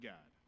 God